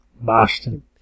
Boston